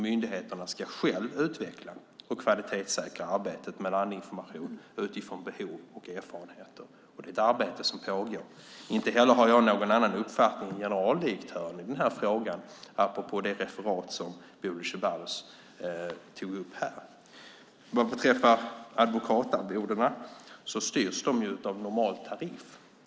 Myndigheterna ska själva utveckla och kvalitetssäkra arbetet med landinformation utifrån behov och erfarenheter. Det är ett arbete som pågår. Jag har inte heller någon annan uppfattning än generaldirektören i den här frågan apropå det som Bodil Ceballos tog upp. Advokatarvodena styrs av normal tariff.